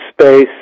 space